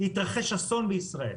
יתרחש אסון בישראל.